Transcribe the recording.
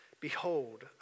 Behold